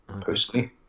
Personally